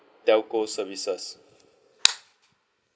telco services